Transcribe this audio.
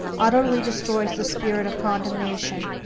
utterly destroys the spirit of condemnation,